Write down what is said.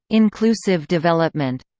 inclusive development